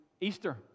Easter